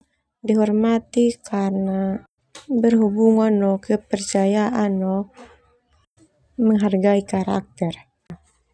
Dihormati karna berhubungan no kepercayaan no menghargai karakter.